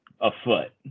afoot